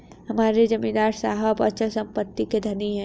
हमारे जमींदार साहब अचल संपत्ति के धनी हैं